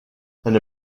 eine